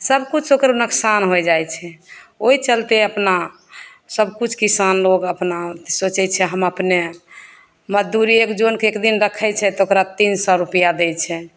सबकिछु ओकर नोकसान होइ जाइ छै ओहि चलिते अपना सबकिछु किसान लोक अपना सोचै छै हम अपने मजदूरी एक जनके एकदिन रखै छै तऽ ओकरा तीन सओ रुपैआ दै छै